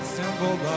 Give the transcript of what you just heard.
simple